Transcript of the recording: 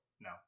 no